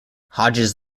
hodges